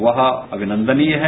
वह अभिनंदनीय है